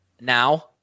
now